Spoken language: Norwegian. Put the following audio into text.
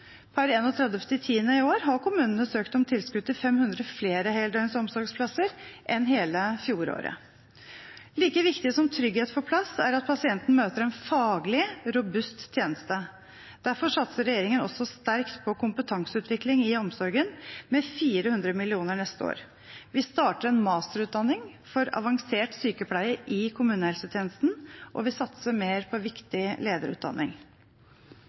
Per 31. oktober i år har kommunene søkt om tilskudd til 500 flere heldøgns omsorgsplasser enn i hele fjoråret. Like viktig som trygghet for plass er at pasienten møter en faglig robust tjeneste. Derfor satser regjeringen også sterkt på kompetanseutvikling i omsorgen med 400 mill. kr neste år. Vi starter en masterutdanning for avansert sykepleie i kommunehelsetjenesten, og vi satser mer på viktig lederutdanning.